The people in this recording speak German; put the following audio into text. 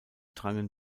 drangen